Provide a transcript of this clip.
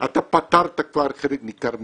אתה פתרת כבר חלק ניכר מהבעיה.